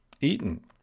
eaten